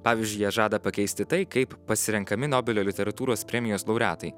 pavyzdžiui jie žada pakeisti tai kaip pasirenkami nobelio literatūros premijos laureatai